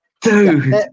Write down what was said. dude